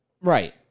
right